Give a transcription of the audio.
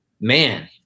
man